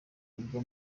ubwo